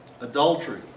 adultery